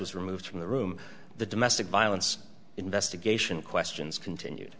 was removed from the room the domestic violence investigation questions continued